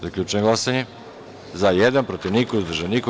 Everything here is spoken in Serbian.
Zaključujem glasanje: za – jedan, protiv – niko, uzdržan – niko.